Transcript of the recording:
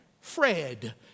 Fred